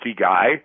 guy